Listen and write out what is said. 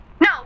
No